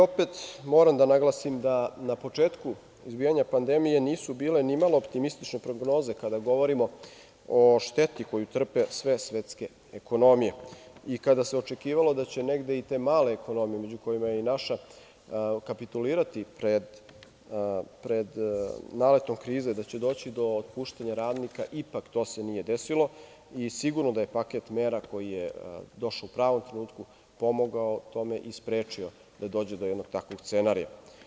Opet moram da naglasim da na početku izbijanja pandemije nisu bile nimalo optimistične prognoze kada govorimo o šteti koju trpe sve svetske ekonomije i kada se očekivalo da će negde i te male ekonomije, među kojima je i naša, kapitulirati pred naletom krize, da će doći do otpuštanja radnika, ipak to se nije desilo i sigurno da je paket mera koji je došao u pravom trenutku pomogao tome i sprečio da dođe do jednog takvog scenarija.